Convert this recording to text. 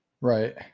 right